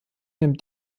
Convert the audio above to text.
nimmt